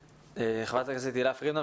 חברת הכנסת תהלה פרידמן,